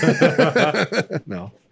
No